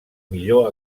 millor